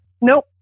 Nope